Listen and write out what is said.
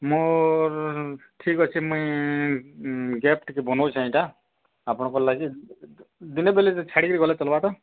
ମୋର ଠିକ୍ ଅଛି ମୁଇଁ ଗ୍ୟାପ୍ ଟିକେ ବନଉଚିଁ ଏଇଟା ଆପଣଙ୍କର୍ ଲାଗି ଦିନେ ବେଲେ ଛାଡ଼ିକି ଗଲେ ଚଲବାଟା